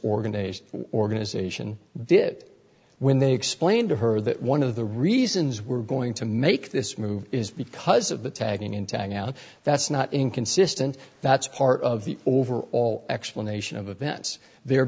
organization organization did when they explained to her that one of the reasons we're going to make this move is because of the tagging in tag now that's not inconsistent that's part of the overall explanation of events they're